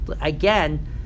again